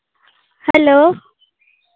hello